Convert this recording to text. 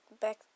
back